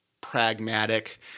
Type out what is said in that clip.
pragmatic